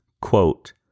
quote